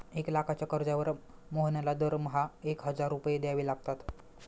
एक लाखाच्या कर्जावर मोहनला दरमहा एक हजार रुपये द्यावे लागतात